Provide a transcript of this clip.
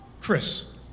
Chris